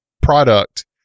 product